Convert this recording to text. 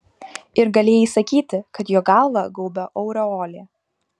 ir galėjai sakyti kad jo galvą gaubia aureolė